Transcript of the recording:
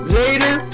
later